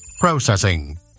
Processing